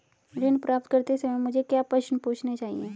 ऋण प्राप्त करते समय मुझे क्या प्रश्न पूछने चाहिए?